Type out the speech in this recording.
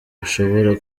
bushobora